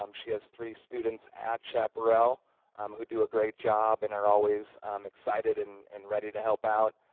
um she has three students at chaparral um who do a great job and are always um excited and and ready to help out